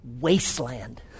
wasteland